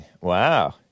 wow